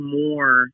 more